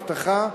האבטחה,